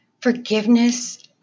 Forgiveness